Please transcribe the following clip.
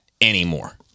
anymore